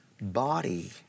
body